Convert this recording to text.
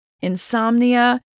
insomnia